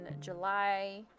july